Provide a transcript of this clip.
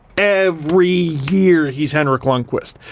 every year, he's henrik lundqvist.